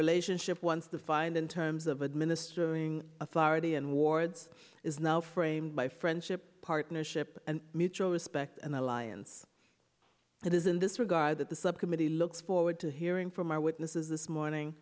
relationship once defined in terms of administering authority and wards is now framed by friendship partnership and mutual respect and alliance it is in this regard that the subcommittee looks forward to hearing from our witnesses this morning